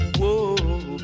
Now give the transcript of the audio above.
Whoa